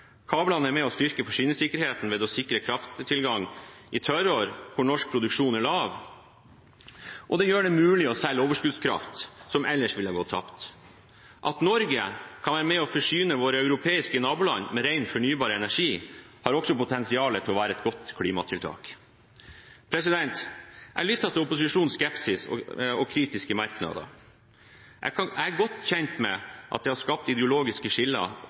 Kablene er med på å styrke forsyningssikkerheten ved å sikre krafttilgang i tørrår hvor norsk produksjon er lav, og de gjør det mulig å selge overskuddskraft som ellers ville gått tapt. At Norge kan være med på å forsyne våre europeiske naboland med ren, fornybar energi, har også potensial til å være et godt klimatiltak. Jeg har lyttet til opposisjonens skepsis og kritiske merknader. Jeg er godt kjent med at det